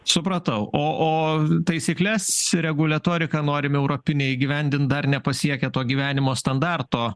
supratau o o taisykles ir reguliatoriką norim europinę įgyvendint dar nepasiekę to gyvenimo standarto